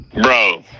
Bro